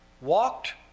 walked